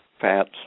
fats